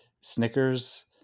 Snickers